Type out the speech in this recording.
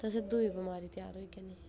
तां असें गी दुई बमारी त्यार होई जानी